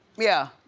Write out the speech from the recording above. yeah